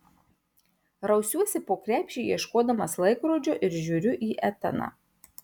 rausiuosi po krepšį ieškodamas laikrodžio ir žiūriu į etaną